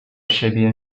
siebie